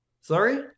Sorry